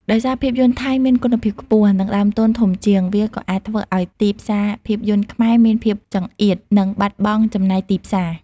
ដោយសារភាពយន្តថៃមានគុណភាពខ្ពស់ និងដើមទុនធំជាង វាក៏អាចធ្វើឲ្យ ទីផ្សារភាពយន្តខ្មែរមានភាពចង្អៀត និងបាត់បង់ចំណែកទីផ្សារ។